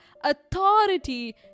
authority